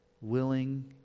willing